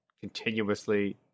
continuously